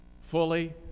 fully